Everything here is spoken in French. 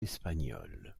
espagnole